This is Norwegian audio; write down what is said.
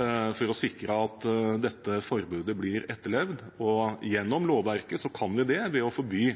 for å sikre at dette forbudet blir etterlevd. Gjennom lovverket kan vi det ved å forby